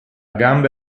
gamba